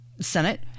Senate